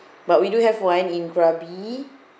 but we do have one in krabi